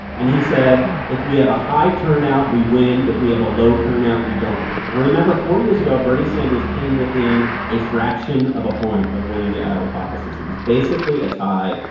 and he said, if we have a high turnout we win if we have a low turnout, we don't win now, remember four years ago, bernie sanders came within a fraction of a point of winning the iowa caucuses. it was basically a tie.